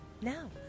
Now